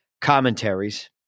commentaries